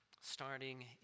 starting